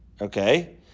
okay